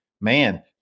man